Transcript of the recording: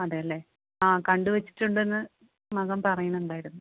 അതേ അല്ലെ ആ കണ്ട് വെച്ചിട്ടുണ്ടെന്ന് മകൻ പറയുന്നുണ്ടായിരുന്നു